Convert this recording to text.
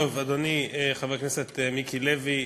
אדוני חבר הכנסת מיקי לוי,